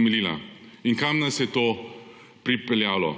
In kam nas je to pripeljalo?